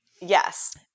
Yes